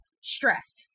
stress